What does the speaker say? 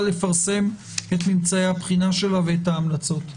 לפרסם את ממצאי הבחינה שלה ואת ההמלצות.